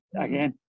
Again